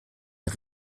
der